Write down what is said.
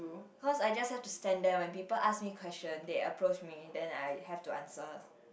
cause I just stand up when people ask me question they are approach me then I have to answer